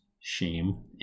shame